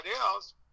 else